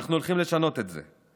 אנחנו הולכים לשנות את זה,